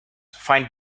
find